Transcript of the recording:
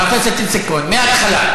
חבר הכנסת איציק כהן, מהתחלה.